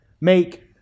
make